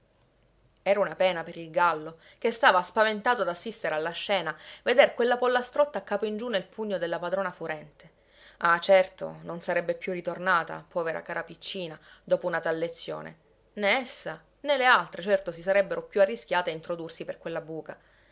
era una pena per il gallo che stava spaventato ad assistere alla scena veder quella pollastrotta a capo in giù nel pugno della padrona furente ah certo non sarebbe più ritornata povera cara piccina dopo una tal lezione né essa né le altre certo si sarebbero più arrischiate a introdursi per quella buca